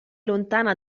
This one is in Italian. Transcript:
lontana